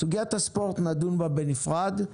בסוגיית הספורט נדון בנפרד.